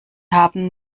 haben